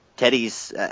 Teddy's –